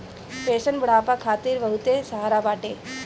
pension बुढ़ापा खातिर बहुते सहारा बाटे